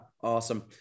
awesome